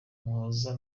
muhoza